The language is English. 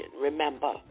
Remember